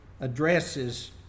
addresses